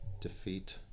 defeat